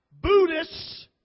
Buddhists